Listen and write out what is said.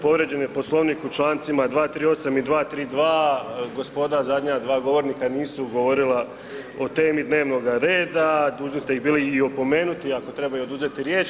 Povrijeđen je Poslovnik u Člancima 238. i 232. gospoda zadnja dva govornika nisu govorila o temi dnevnoga reda, dužni ste ih bili i opomenuti ako treba i oduzeti riječ.